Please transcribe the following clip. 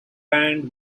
band